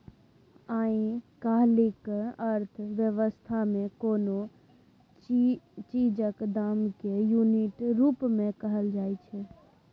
आइ काल्हिक अर्थ बेबस्था मे कोनो चीजक दाम केँ युनिट रुप मे कहल जाइ छै